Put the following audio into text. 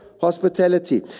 hospitality